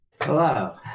Hello